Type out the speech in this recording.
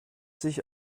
sich